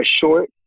short